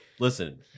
Listen